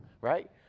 right